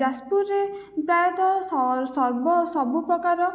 ଯାଜପୁରରେ ପ୍ରାୟତଃ ସର୍ବ ସବୁପ୍ରକାରର